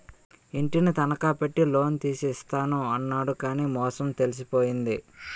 ఇంటిని తనఖా పెట్టి లోన్ తీసి ఇస్తాను అన్నాడు కానీ మోసం తెలిసిపోయింది